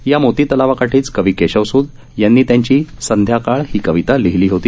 या मोती तलावाकाठीच कवी केशवस्त यांनी त्यांची संध्याकाळ ही कविता लिहीली होती